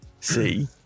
see